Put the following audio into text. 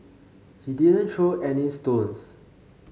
he didn't throw any stones